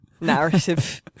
narrative